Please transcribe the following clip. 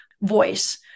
voice